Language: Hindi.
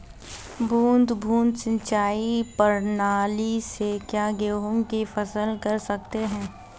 बूंद बूंद सिंचाई प्रणाली से क्या गेहूँ की फसल कर सकते हैं?